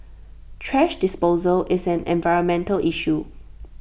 thrash disposal is an environmental issue